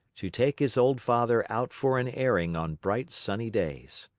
to take his old father out for an airing on bright, sunny days.